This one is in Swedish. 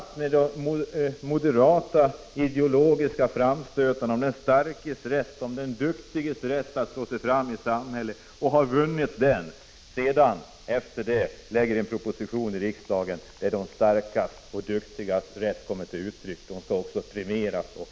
1985/86:48 den ideologiska debatten med moderaterna om den starkes och den duktiges — 10 december 1985 rätt att slå sig fram i samhället, lägger fram en proposition i riksdagen där de starkas och duktigas rätt att bli belönade kommer till uttryck?